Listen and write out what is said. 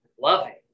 Loving